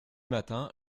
matin